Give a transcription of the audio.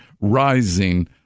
rising